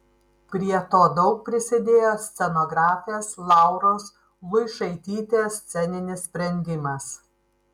prie to daug prisidėjo scenografės lauros luišaitytės sceninis sprendimas